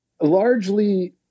largely